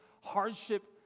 hardship